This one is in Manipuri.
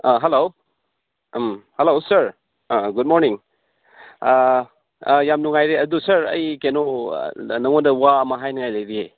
ꯍꯜꯂꯣ ꯍꯜꯂꯣ ꯁꯥꯔ ꯑꯥ ꯒꯨꯗ ꯃꯣꯔꯅꯤꯡ ꯑꯥ ꯌꯥꯝ ꯅꯨꯡꯉꯥꯏꯔꯦ ꯑꯗꯨ ꯁꯥꯔ ꯑꯩ ꯀꯩꯅꯣ ꯅꯉꯣꯟꯗ ꯋꯥ ꯑꯃ ꯍꯥꯏꯅꯤꯡꯉꯥꯏ ꯂꯩꯔꯤꯌꯦ